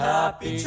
Happy